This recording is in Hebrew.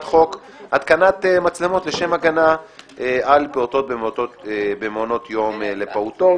חוק התקנת מצלמות לשם הגנה על פעוטות במעונות יום לפעוטות.